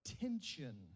tension